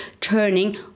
turning